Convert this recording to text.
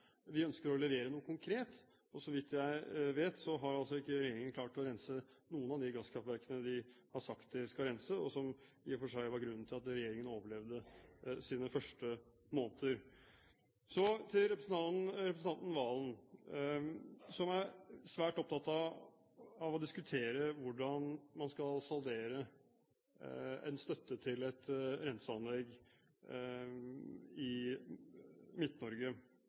Vi ønsker å levere noe konkret, og så vidt jeg vet, har altså ikke regjeringen klart å rense noen av de gasskraftverkene de har sagt de skal rense, og som i og for seg var grunnen til at regjeringen overlevde sine første måneder. Så til representanten Serigstad Valen, som er svært opptatt av å diskutere hvordan man skal saldere en støtte til et renseanlegg i